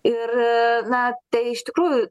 ir na tai iš tikrųjų